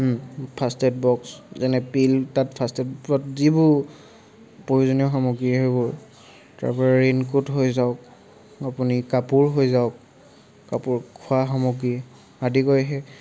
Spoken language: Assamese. ফাৰ্ষ্ট এইড বক্স যেনে পিল তাত ফাৰ্ষ্ট এইডত যিবোৰ প্ৰয়োজনীয় সামগ্ৰী সেইবোৰ তাৰপৰা ৰেইনকোট হৈ যাওক আপুনি কাপোৰ হৈ যাওক কাপোৰ খোৱা সামগ্ৰী আদিকৈ হে